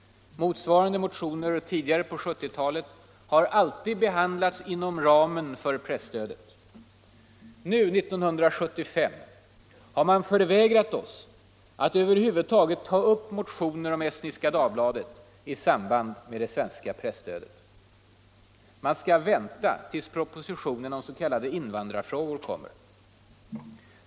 Motsvarande motioner tidigare på 1970-talet har alltid behandlats inom ramen för presstödet. Nu, 1975, har man förvägrat oss att över huvud taget ta upp motioner om Estniska Dagbladet i samband med det svenska presstödet. Man skall vänta tills propositionen om s.k. invandrarfrågor kommer.